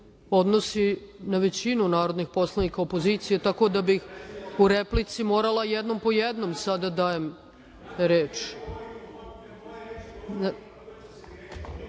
odnosi na većinu narodnih poslanika opozicije, tako da bih po replici morala jednom po jednom sada da dajem